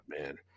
man